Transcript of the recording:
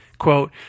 Quote